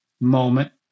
moment